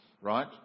right